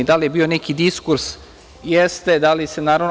Da li je bio neki diskurs, jeste, da li se, naravno…